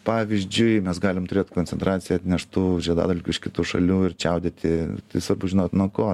pavyzdžiui mes galim turėt koncentraciją atneštų žiedadulkių iš kitų šalių ir čiaudėti tai svarbu žinot nuo ko